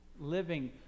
living